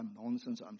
nonsense